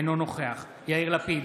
אינו נוכח יאיר לפיד,